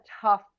tough